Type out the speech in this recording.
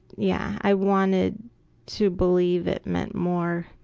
yeah, i wanted to believe it meant more,